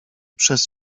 przez